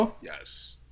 Yes